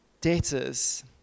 debtors